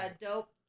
dope